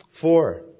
Four